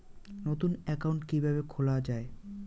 নতুন একাউন্ট কিভাবে খোলা য়ায়?